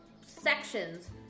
sections